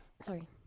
sorry